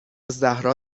زهرا